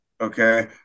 Okay